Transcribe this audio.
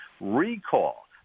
recall